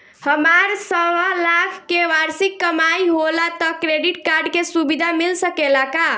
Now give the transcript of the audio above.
हमार सवालाख के वार्षिक कमाई होला त क्रेडिट कार्ड के सुविधा मिल सकेला का?